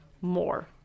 more